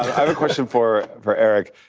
have a question for for eric.